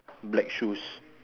black shoes